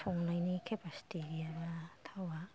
संनायनि खेफासिटि गैयाबा थावा